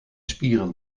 spieren